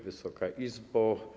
Wysoka Izbo!